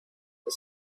the